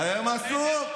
להם אסור.